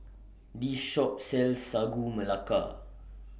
This Shop sells Sagu Melaka